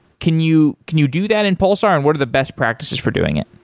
can you can you do that in pulsar and what are the best practices for doing it?